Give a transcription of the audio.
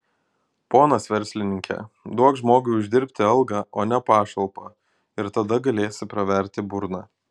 ponas verslininke duok žmogui uždirbti algą o ne pašalpą ir tada galėsi praverti burną